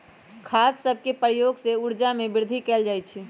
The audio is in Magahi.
खाद सभके प्रयोग से उपजा में वृद्धि कएल जाइ छइ